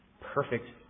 perfect